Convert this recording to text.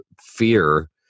Fear